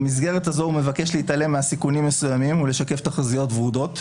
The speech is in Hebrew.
במסגרת הזו הוא מבקש להתעלם מסיכונים מסוימים ולשקף תחזיות ורודות,